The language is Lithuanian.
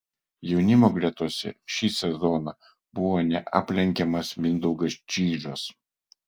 jaunimo gretose šį sezoną buvo neaplenkiamas mindaugas čyžas